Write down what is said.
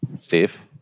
Steve